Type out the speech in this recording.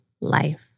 life